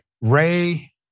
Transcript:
Ray